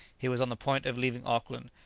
he was on the point of leaving auckland,